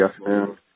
afternoon